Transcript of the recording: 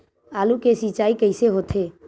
आलू के सिंचाई कइसे होथे?